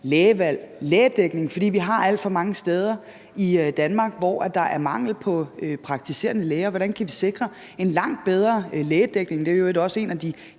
lægevalg, om lægedækning, fordi vi har alt for mange steder i Danmark, hvor der er mangel på praktiserende læger. Hvordan kan vi sikre en langt bedre lægedækning? Det er i øvrigt også et af de